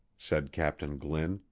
said captain glynn,